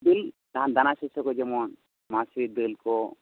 ᱛᱤᱞ ᱫᱟᱱᱟ ᱥᱚᱥᱭᱠᱚ ᱡᱮᱢᱚᱱ ᱢᱟᱥᱨᱤ ᱫᱟᱹᱞ ᱠᱚ